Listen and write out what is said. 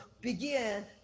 begin